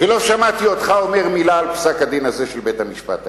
לא שמעתי אותך אומר מלה על פסק-הדין הזה של בית-המשפט העליון,